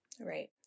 Right